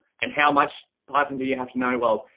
and how much python do you have to know? well,